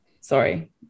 Sorry